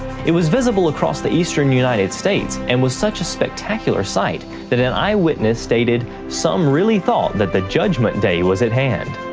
it was visible across the eastern united states, and was such a spectacular sight that an eyewitness stated some really thought that the judgment day was at hand